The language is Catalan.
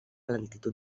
lentitud